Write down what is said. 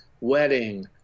wedding